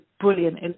brilliant